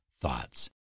thoughts